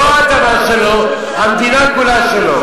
לא האדמה שלו, המדינה כולה שלו.